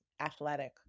athletic